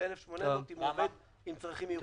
ו-1,800 אם הוא עובד עם צריכים מיוחדים.